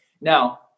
Now